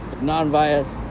non-biased